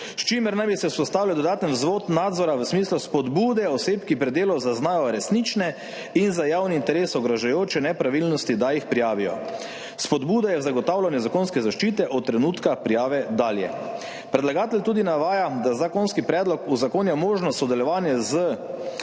s čimer naj bi se vzpostavil dodaten vzvod nadzora v smislu spodbude oseb, ki pri delu zaznajo resnične in za javni interes ogrožajoče nepravilnosti, da jih prijavijo. Spodbuda je v zagotavljanje zakonske zaščite od trenutka prijave dalje. Predlagatelj tudi navaja, da zakonski predlog uzakonja možno sodelovanje z